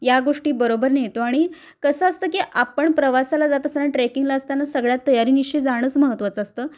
या गोष्टी बरोबर नेतो आणि कसं असतं की आपण प्रवासाला जात असताना ट्रेकिंगला असताना सगळ्या तयारीनिशी जाणंच महत्त्वाचं असतं